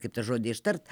kaip tą žodį ištart